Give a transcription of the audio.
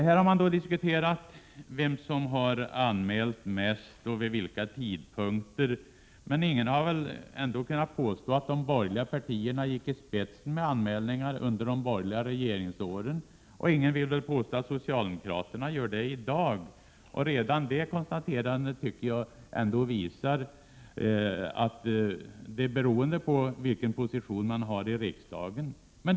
Här har det då diskuterats vilka som har anmält mest vid olika tidpunkter, men ingen har ändå kunnat påstå att de borgerliga partierna gick i spetsen när det gäller anmälningar under de borgerliga regeringsåren och ingen kan väl heller påstå att socialdemokraterna gör motsvarande i dag. Redan detta tycker jag visar att det hela beror på positionen i riksdagen.